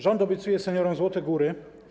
Rząd obiecuje seniorom złote góry.